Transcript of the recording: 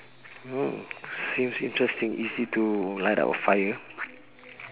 oh seems interesting is it to light up a fire